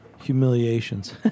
humiliations